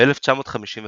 ב-1955